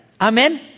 Amen